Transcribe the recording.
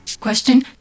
Question